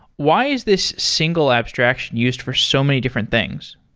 why is this single abstraction used for so many different things?